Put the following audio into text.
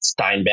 Steinbeck